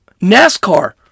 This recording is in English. NASCAR